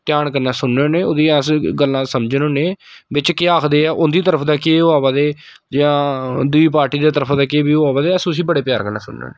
ध्यान कन्नै सुनने होन्ने ओह्दी अस गल्ला समझने होन्ने बिच्च केह् आखदे ऐ उं'दी तरफ दा के अ'वा दे जां दूई पार्टी दे तरफ दे केह् व्यू अ'वा दे अस उस्सी बड़े प्यार कन्ने सुनन्ने होन्ने